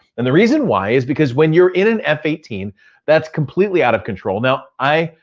and the reason why is because when you're in an f eighteen that's completely out of control. now, i,